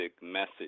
message